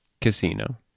Casino